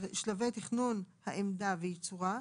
שלבי תכנון העמדה וייצורה,